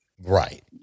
Right